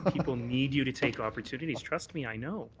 ah people need you to take opportunities. trust me, i know. ah